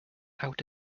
out